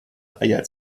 eier